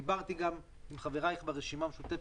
דיברתי גם עם חבריי ברשימה המשותפת,